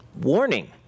warning